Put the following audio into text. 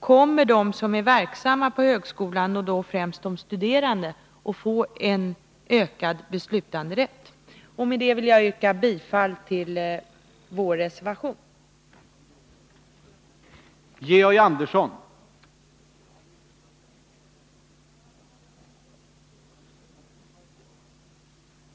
Kommer de som är verksamma på högskolan och då främst de studerande att få en ökad beslutanderätt? Med detta vill jag yrka bifall till vår reservation nr 5.